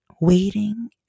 waiting